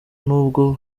nubwo